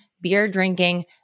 beer-drinking